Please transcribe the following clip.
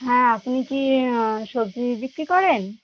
হ্যাঁ আপনি কি সবজি বিক্রি করেন